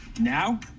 Now